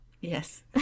Yes